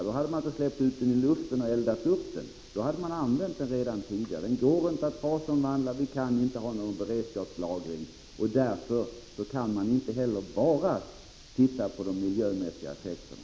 Annars hade man inte eldat upp den, utan man hade använt den redan tidigare. Vi kan därför inte ha någon beredskapslagring. Därför kan man inte heller bara titta på de miljömässiga effekterna.